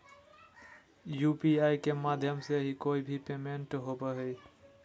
UPI के माध्यम से ही कोय भी पेमेंट होबय हय